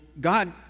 God